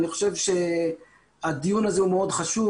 אני חושב שהדיון הזה הוא מאוד חשוב.